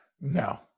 No